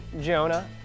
Jonah